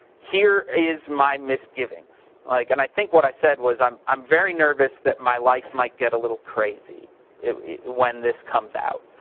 here is my misgivings. like and i think what i said was, i'm i'm very nervous that my life might get a little crazy when this comes out.